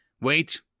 Wait